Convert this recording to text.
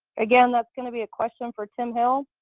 again, that's going to be a question for tim hill.